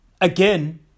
Again